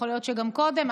יכול להיות שגם קודם,